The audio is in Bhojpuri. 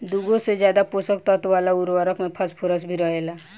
दुगो से ज्यादा पोषक तत्व वाला उर्वरक में फॉस्फोरस भी रहेला